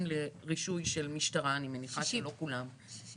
של 360 מעלות של כל הכיוונים כולל גם הסיכונים.